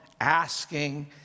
asking